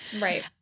Right